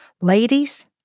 Ladies